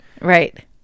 Right